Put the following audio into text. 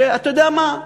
שאתה יודע מה?